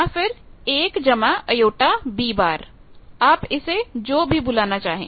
या फिर1jB आप इसे जो भी बुलाना चाहिए